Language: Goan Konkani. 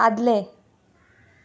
आदलें